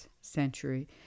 century